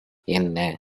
என்ன